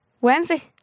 Wednesday